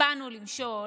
"באנו למשול".